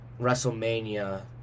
WrestleMania